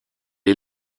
est